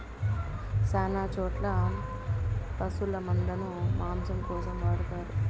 శ్యాన చోట్ల పశుల మందను మాంసం కోసం వాడతారు